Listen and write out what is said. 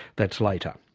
that's later.